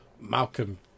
Malcolm